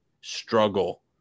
struggle